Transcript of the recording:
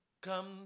Come